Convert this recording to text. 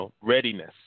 readiness